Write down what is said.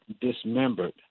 dismembered